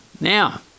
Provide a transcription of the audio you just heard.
now